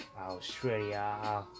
Australia